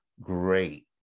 great